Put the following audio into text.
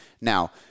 Now